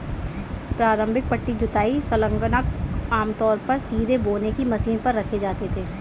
प्रारंभिक पट्टी जुताई संलग्नक आमतौर पर सीधे बोने की मशीन पर रखे जाते थे